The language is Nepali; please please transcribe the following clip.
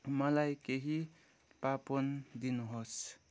मलाई केही पापोन दिनुहोस्